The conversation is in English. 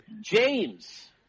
James